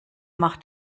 macht